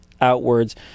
outwards